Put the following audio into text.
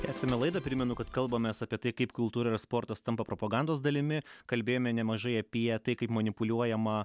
tęsiame laidą primenu kad kalbamės apie tai kaip kultūra ir sportas tampa propagandos dalimi kalbėjome nemažai apie tai kaip manipuliuojama